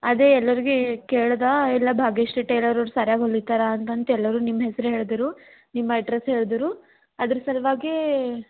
ಅದೇ ಎಲ್ಲರಿಗೆ ಕೇಳ್ದೆ ಇಲ್ಲ ಭಾಗ್ಯಶ್ರೀ ಟೈಲರವ್ರು ಸರಿಯಾಗ್ ಹೊಲಿತಾರ ಅಂತಂತ ಎಲ್ಲರು ನಿಮ್ಮ ಹೆಸ್ರು ಹೇಳಿದರು ನಿಮ್ಮ ಅಡ್ರೆಸ್ ಹೇಳಿದರು ಅದ್ರ ಸಲುವಾಗೀ